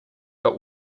but